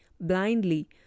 blindly